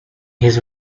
his